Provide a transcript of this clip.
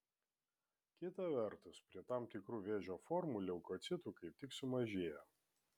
kita vertus prie tam tikrų vėžio formų leukocitų kaip tik sumažėja